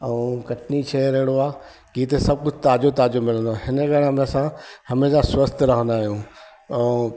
ऐं कटनी शहर अहिड़ो आहे की हिते सभु कुझु ताज़ो ताज़ो मिलंदो आहे हिन कारण सां हमेशह स्वस्थ्यु रहंदा आहियूं ऐं